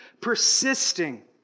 persisting